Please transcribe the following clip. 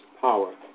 power